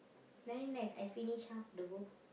very nice I finish half the bowl